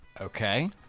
Okay